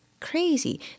crazy